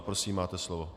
Prosím, máte slovo.